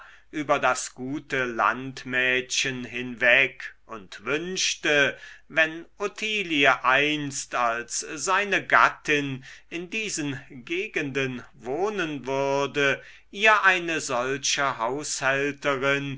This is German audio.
über das gute landmädchen hinweg oder wünschte wenn ottilie einst als seine gattin in diesen gegenden wohnen würde ihr eine solche